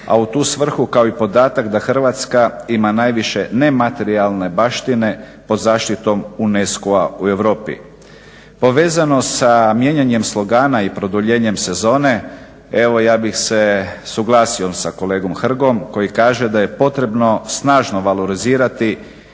a u tu svrhu kao i podatak da Hrvatska ima najviše nematerijalne baštine pod zaštitom UNESCO-a u Europi. Povezano sa mijenjanjem slogana i produljenjem sezone evo ja bih se suglasio sa kolegom Hrgom koji kaže da je potrebno snažno valorizirati